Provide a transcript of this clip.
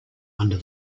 under